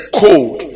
cold